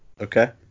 Okay